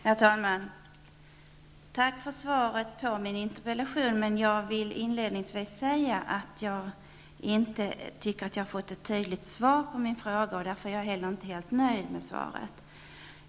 Herr talman! Tack för svaret på min interpellation. Men jag vill inledningsvis säga att jag inte tycker att jag har fått ett tydligt svar på min fråga, och därför är jag inte heller helt nöjd med svaret.